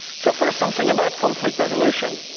so first something about conflict resolution.